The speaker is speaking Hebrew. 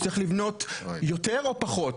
שצריך לבנות יותר או פחות?